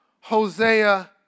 Hosea